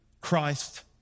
Christ